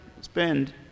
spend